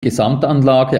gesamtanlage